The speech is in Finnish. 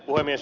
puhemies